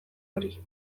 hori